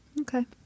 Okay